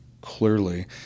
clearly